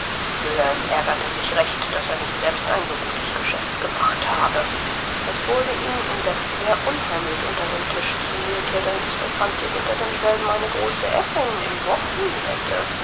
wilhelm ärgerte sich recht daß er nicht selbst ein so gutes geschäft gemacht habe es wurde ihm indeß sehr unheimlich unter dem tisch zu muthe denn es befand sich unter demselben eine große aeffin im wochenbette